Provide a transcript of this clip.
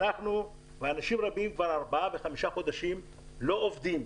במצב שכבר ארבעה וחמישה חודשים לא עובדים.